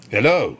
Hello